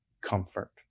comfort